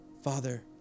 Father